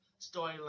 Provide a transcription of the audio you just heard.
storyline